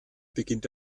beginnt